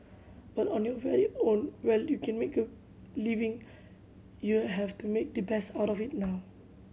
but on your well own well you can make a living you have to make the best of it now